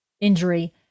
injury